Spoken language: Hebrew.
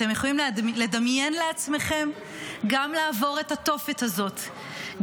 אתם יכולים לדמיין לעצמכם גם לעבור את התופת הזאת,